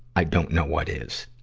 i don't know what is.